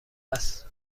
است